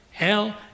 Hell